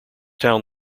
town